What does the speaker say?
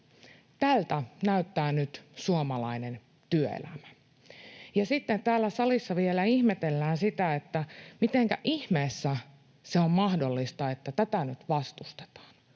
Tältä näyttää nyt suomalainen työelämä. Ja sitten täällä salissa vielä ihmetellään sitä, mitenkä ihmeessä se on mahdollista, että tätä nyt vastustetaan,